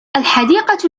الحديقة